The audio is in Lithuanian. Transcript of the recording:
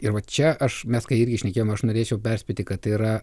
ir va čia aš mes kai irgi šnekėjom aš norėčiau perspėti kad yra